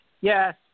yes